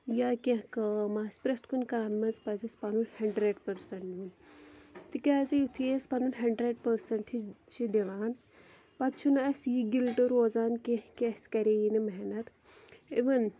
یا کیٚنٛہہ کٲم آسہِ پرٛتھ کُنہِ کامہِ منٛز پَزِ اَسہِ پَنُن ہَنٛڈرنٛڈ پٔرسَنٛٹ نِیُن تِکیٛازِ یُتھُے أسۍ پَنُن ہَنٛڈرنٛڈ پٔرسَنٛٹہٕ چھِ دِوان پَتہٕ چھُنہٕ اَسہِ یہِ گِلٹہٕ روزان کیٚنٛہہ کہِ اَسہِ کَریے نہٕ محنت اِوٕن